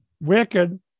wicked